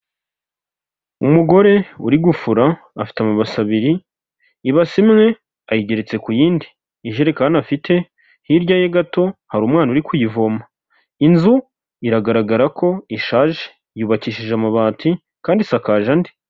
Umugore uri gufura afite amabase abiri, ibasi imwe ayigeretse ku yindi, ijerekani afite hirya ye gato hari umwana uri kuyivoma, inzu iragaragara ko ishaje , yubakishije amabati kandi isakaje andi.